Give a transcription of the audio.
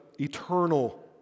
eternal